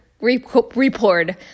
report